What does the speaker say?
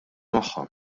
magħha